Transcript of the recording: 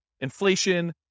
inflation